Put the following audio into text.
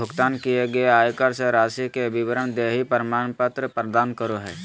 भुगतान किए गए आयकर के राशि के विवरण देहइ प्रमाण पत्र प्रदान करो हइ